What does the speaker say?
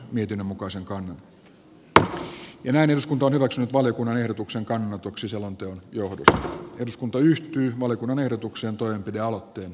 näiden tavoitteiden toteutumista voi parhaiten edistää maa joka ei itse osallistu sotatoimiin tai niiden tukemiseen